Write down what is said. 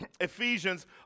Ephesians